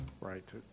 right